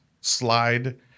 slide